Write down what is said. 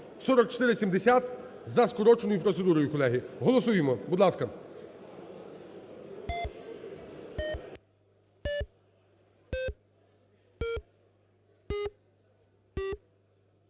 4470 за скороченою процедурою, колеги. Голосуємо, будь ласка.